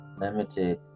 limited